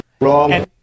Wrong